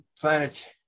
planet